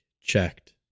checked